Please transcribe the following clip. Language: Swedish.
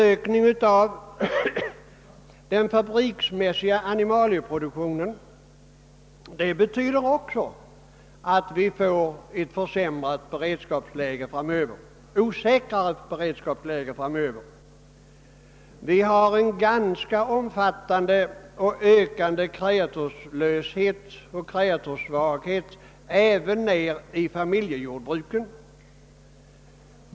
Ökningen av den fabriksmässiga animalieproduktionen innebär också att vi får ett osäkrare beredskapsläge framöver. Vi har en ganska omfattande och ökande kreaturslöshet eller kreaturssvaghet även inom familjejordbruken.